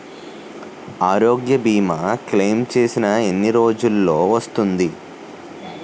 ఆరోగ్య భీమా క్లైమ్ చేసిన ఎన్ని రోజ్జులో వస్తుంది?